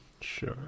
sure